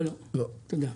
לא, תודה.